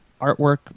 artwork